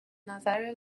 نظر